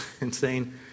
insane